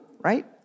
right